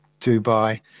Dubai